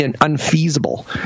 unfeasible